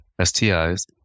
STIs